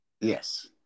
Yes